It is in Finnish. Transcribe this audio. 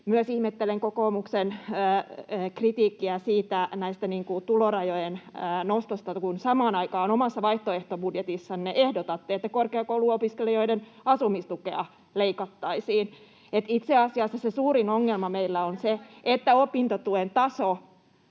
Ihmettelen myös kokoomuksen kritiikkiä tulorajojen nostosta, kun samaan aikaan omassa vaihtoehtobudjetissanne ehdotatte, että korkeakouluopiskelijoiden asumistukea leikattaisiin. [Sari Sarkomaa: Ei pidä paikkaansa!]